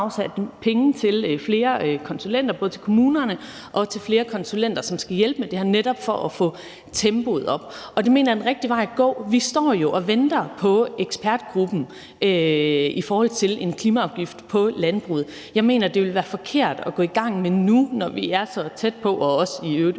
vi også afsat penge til flere konsulenter i kommunerne og flere konsulenter, som skal hjælpe med det her, netop for at få tempoet op, og det mener jeg er den rigtige vej at gå. Vi står jo og venter på ekspertgruppens rapport i forhold til en klimaafgift på landbruget. Jeg mener, at det ville være forkert at gå i gang med det nu, når vi er så tæt på, og – uanset